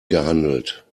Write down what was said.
gehandelt